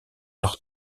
leurs